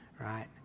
right